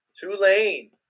Tulane